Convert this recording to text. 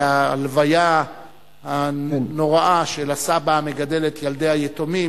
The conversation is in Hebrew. של ההלוויה הנוראה של הסבא המגדל את הילדים היתומים,